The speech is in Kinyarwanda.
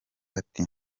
ati